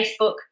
Facebook